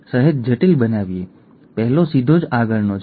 તેથી જ આની પસંદગી કરવામાં આવે છે